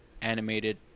animated